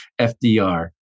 FDR